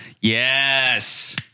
Yes